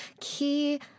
key